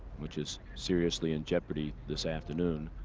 which is seriously in jeopardy this afternoon.